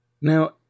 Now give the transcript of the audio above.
Now